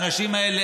האנשים האלה,